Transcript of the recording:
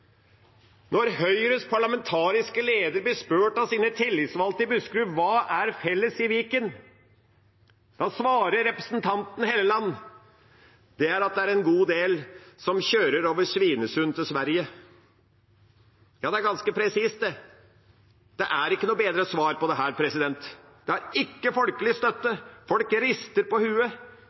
Når Høyres parlamentariske leder blir spurt av sine tillitsvalgte i Buskerud om hva som er felles i Viken, svarer representanten Helleland at det er at det er en god del som kjører over Svinesund til Sverige. Ja, det er ganske presist – det er ikke noe bedre svar på dette. Det har ikke folkelig støtte, folk rister på